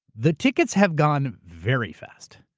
the tickets have gone very fast.